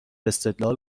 استدلال